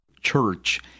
church